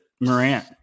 Morant